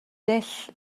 dull